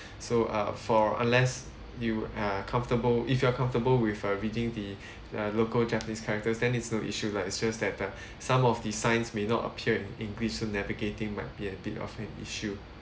so uh for unless you are comfortable if you're comfortable with uh reading the uh local japanese characters then it's no issue lah it's just that uh some of the signs may not appear in english so navigating might be a bit of an issue